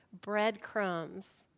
breadcrumbs